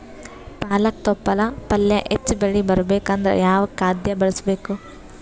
ಪಾಲಕ ತೊಪಲ ಪಲ್ಯ ಹೆಚ್ಚ ಬೆಳಿ ಬರಬೇಕು ಅಂದರ ಯಾವ ಖಾದ್ಯ ಬಳಸಬೇಕು?